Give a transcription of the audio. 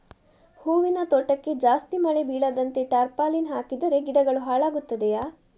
ಹೂವಿನ ತೋಟಕ್ಕೆ ಜಾಸ್ತಿ ಮಳೆ ಬೀಳದಂತೆ ಟಾರ್ಪಾಲಿನ್ ಹಾಕಿದರೆ ಗಿಡಗಳು ಹಾಳಾಗುತ್ತದೆಯಾ?